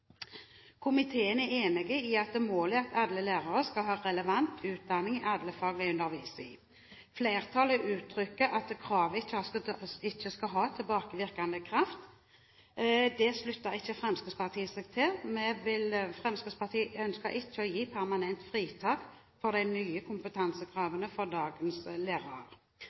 Komiteen er enig i at målet er at alle lærere skal ha relevant utdanning i alle fag de underviser i. Flertallet uttrykker at kravet ikke skal ha tilbakevirkende kraft. Det slutter ikke Fremskrittspartiet seg til. Fremskrittspartiet ønsker ikke å gi permanent fritak fra de nye kompetansekravene for dagens lærere.